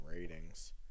ratings